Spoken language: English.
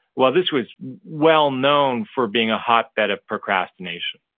well, this was well known for being a hotbed of procrastination,